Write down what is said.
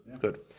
Good